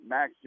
Max